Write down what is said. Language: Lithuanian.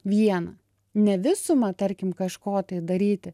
vieną ne visumą tarkim kažko tai daryti